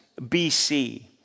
BC